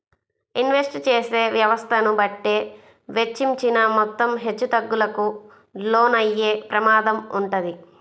invest చేసే వ్యవస్థను బట్టే వెచ్చించిన మొత్తం హెచ్చుతగ్గులకు లోనయ్యే ప్రమాదం వుంటది